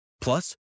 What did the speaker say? Plus